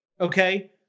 okay